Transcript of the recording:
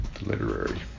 literary